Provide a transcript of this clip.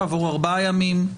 כעבור ארבעה ימים,